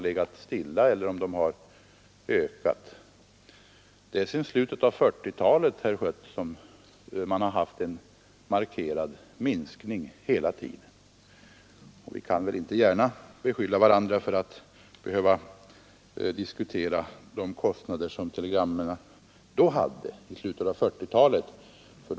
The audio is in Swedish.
Sedan slutet av 1940-talet har man, herr Schött, haft en gång under flera decennier, oavsett om taxorna har legat stilla markerad minskning.